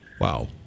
Wow